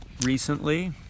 recently